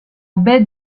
baie